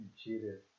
cheated